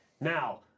Now